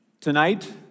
Tonight